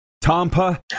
Tampa